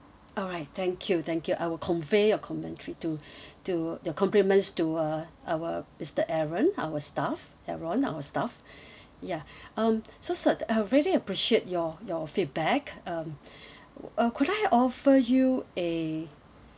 alright thank you thank you I will convey a commentary to to your compliments to uh our mister aaron our staff aaron our staff ya um so sir I really appreciate your your feedback um uh could I offer you a